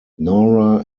nora